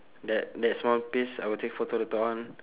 that that small piece I will take photo later on